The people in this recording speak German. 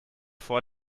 vor